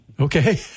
Okay